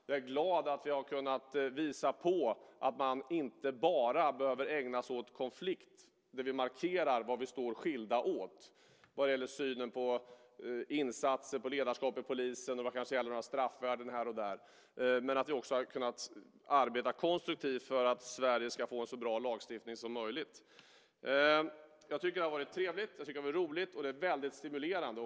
Jag är glad att vi har kunnat visa på att man inte bara behöver ägna sig åt konflikter när vi markerar var vi står skilda åt när det gäller synen på insatser för ledarskap och polis och kanske när det gäller straffvärden här och där. Vi har också kunnat arbeta konstruktivt för att Sverige ska få en så bra lagstiftning som möjligt. Jag tycker att det har varit trevligt och roligt och väldigt stimulerande.